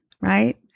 right